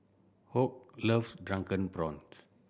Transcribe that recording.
Hoke loves Drunken Prawns